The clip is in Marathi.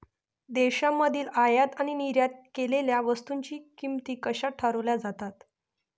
देशांमधील आयात आणि निर्यात केलेल्या वस्तूंच्या किमती कशा ठरवल्या जातात?